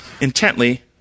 intently